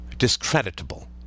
discreditable